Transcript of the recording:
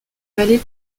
vallées